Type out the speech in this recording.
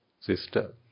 sister